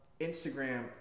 Instagram